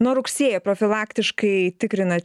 nuo rugsėjo profilaktiškai tikrinat